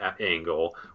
angle